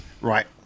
right